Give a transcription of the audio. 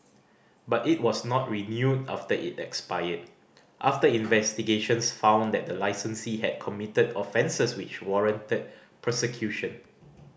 but it was not renewed after it expired after investigations found that the licensee had committed offences which warranted prosecution